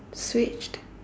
switched